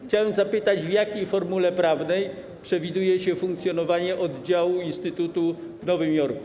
Chciałem zapytać: W jakiej formule prawnej przewiduje się funkcjonowanie oddziału instytutu w Nowym Jorku?